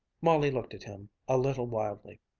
molly looked at him a little wildly.